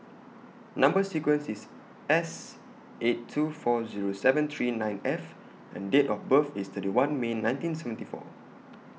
Number sequence IS S eight two four Zero seven three nine F and Date of birth IS thirty one May nineteen seventy four